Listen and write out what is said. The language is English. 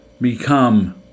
become